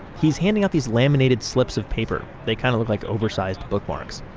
he's handing out these laminated slips of paper. they kind of look like oversized bookmarks.